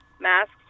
masks